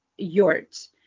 Yort